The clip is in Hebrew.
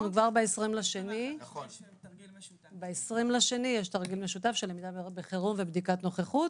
יש לנו כבר ב-20 לפברואר יש תרגיל משותף של למידה בחירום ובדיקת נוכחות,